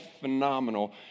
phenomenal